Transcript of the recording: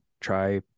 try